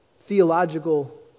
theological